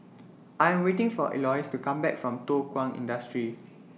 I Am waiting For Elois to Come Back from Thow Kwang Industry